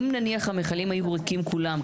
אם נניח שהמכלים היו ריקים כולם,